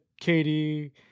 Katie